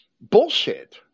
bullshit